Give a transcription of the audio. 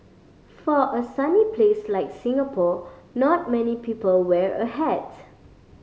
for a sunny place like Singapore not many people wear a hat